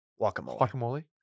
Guacamole